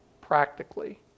practically